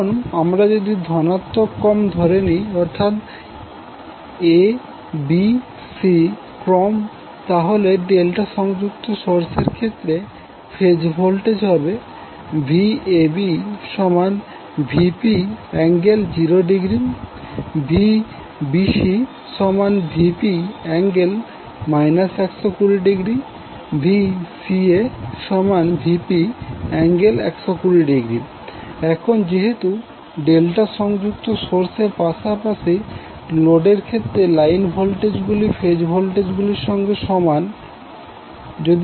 এখন আমরা যদি ধনাত্মক ক্রম ধরে নিই অর্থাৎ A B C ক্রম তাহলে ডেল্টা সংযুক্ত সোর্স এর ক্ষেত্রে ফেজ ভোল্টেজ হবে VabVp∠0° VbcVp∠ 120° VcaVp∠120° এখন যেহেতু ডেল্টা সংযুক্ত সোর্স এর পাশাপাশি লোডের ক্ষেত্রে লাইন ভোল্টেজ গুলি ফেজ ভোল্টেজ গুলির সঙ্গে সমান